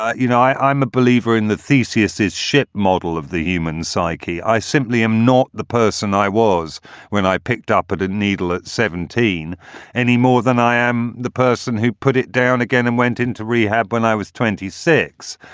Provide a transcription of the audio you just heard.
you know, i i'm a believer in the theseus is ship model of the human psyche. i simply am not the person i was when i picked up the needle at seventeen any more than i am the person who put it down again and went into rehab when i was twenty six.